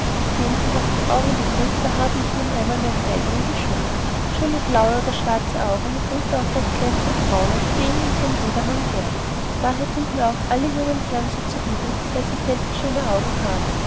sehen sie was die augen betrifft da habe ich nun einmal meinen eigenen geschmack schöne blaue oder schwarze augen mitunter auch recht glänzendbraune sehe ich an jedermann gern daher sind mir auch alle jungen herren so zuwider weil sie selten schöne augen haben